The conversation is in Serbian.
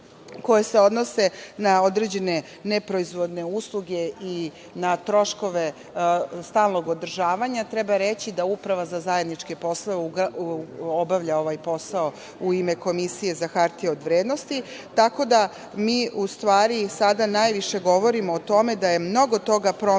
koja se odnose na određene neproizvodne usluge i na troškove stalnog održavanja, treba reći da Uprava za zajedničke poslove obavlja ovaj posao u ime Komisije za hartije od vrednosti, tako da mi u stvari sada najviše govorimo o tome da je mnogo toga promenjeno